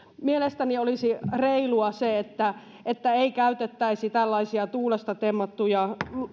mielestäni olisi reilua se että että ei käytettäisi tällaisia tuulesta temmattuja